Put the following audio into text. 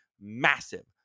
massive